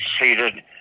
seated